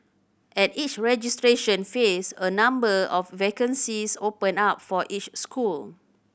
at each registration phase a number of vacancies open up for each school